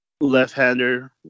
Left-hander